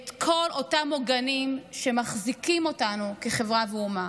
כל אותם עוגנים שמחזיקים אותנו כחברה ואומה.